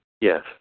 Yes